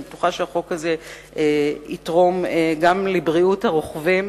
החוק יתרום לבריאות הרוכבים,